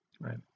Right